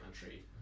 country